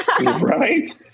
Right